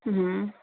હમ્મ